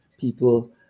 people